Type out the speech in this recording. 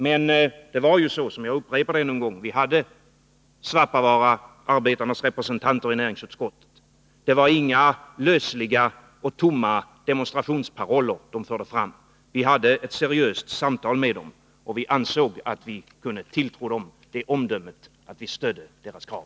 Men det var så, som jag har upprepat, att vi hade Svappavaaraarbetarnas representanter i näringsutskottet. Det var inga lösliga och tomma demonstrationsparoller de förde fram. Vi hade ett seriöst samtal med dem, och vi ansåg att vi kunde tilltro dem ett sådant omdöme att vi stödde deras krav.